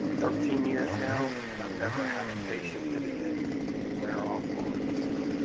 thirteen years now and i've never had a patient that it didn't wear off on. so